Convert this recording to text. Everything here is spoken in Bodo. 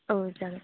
औ जागोन